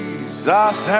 Jesus